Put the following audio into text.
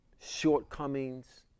shortcomings